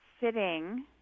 sitting